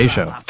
Show